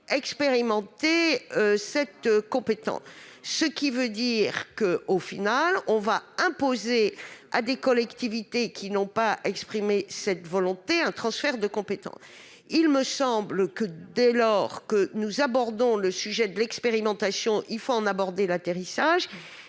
expérimenter cette compétence. Cela signifie que l'on va imposer à des collectivités qui n'ont pas exprimé cette volonté un transfert de compétence. Il me semble que, dès lors que nous abordons le sujet de l'expérimentation, il faut en étudier l'atterrissage.